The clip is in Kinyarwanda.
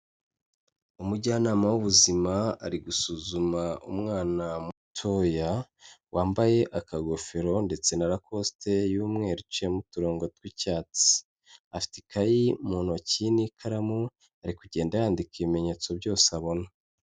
Umujyanama w'ubuzima ari gusuzuma umwana mutoya, wambaye akagofero ndetse na rakosite y'umweru iciyemo uturongo tw'icyatsi, afite ikayi mu ntoki n'ikaramu, ari kugenda yandika ibimenyetso byose abona.